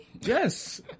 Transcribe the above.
Yes